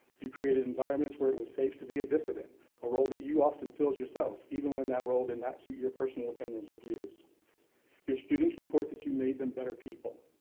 you created environments where it was safe to be a dissident a role that you often filled yourself even when that role did not suit your personal opinions or views your students report that you made them better people.